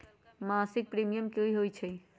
मासिक प्रीमियम की होई छई?